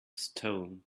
stone